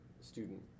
student